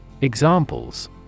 Examples